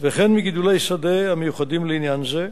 וכן מגידולי שדה המיוחדים לעניין זה,